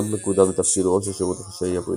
בונד מקודם לתפקיד ראש השירות החשאי הבריטי.